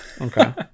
Okay